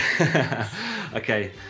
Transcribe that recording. Okay